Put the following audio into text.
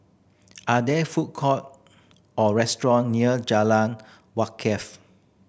are there food court or restaurant near Jalan Wakaff